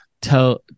tell